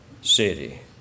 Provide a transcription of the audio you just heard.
city